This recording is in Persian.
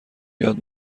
یاد